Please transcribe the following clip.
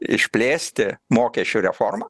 išplėsti mokesčių reformą